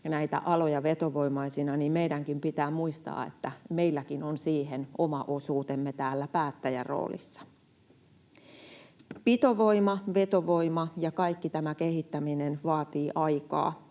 näitä aloja vetovoimaisina — meidänkin pitää muistaa, että meilläkin on siihen oma osuutemme täällä päättäjäroolissa. Pitovoima, vetovoima ja kaikki tämä kehittäminen vaatii aikaa.